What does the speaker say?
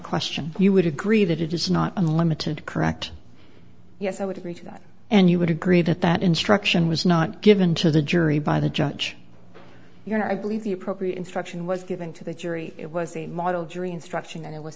question you would agree that it is not unlimited correct yes i would agree to that and you would agree that that instruction was not given to the jury by the judge your i believe the appropriate instruction was given to the jury it was a model jury instruction and it was